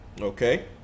Okay